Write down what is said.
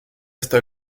hasta